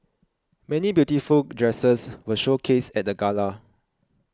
many beautiful dresses were showcased at the gala